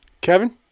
Kevin